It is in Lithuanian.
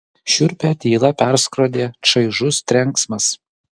šiurpią tylą perskrodė čaižus trenksmas